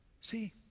See